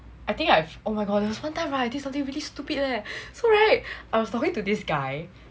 I think I've oh my god there was one time I did something really stupid leh so right I was talking to this guy